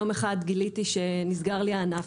יום אחד גיליתי שנסגר לי הענף,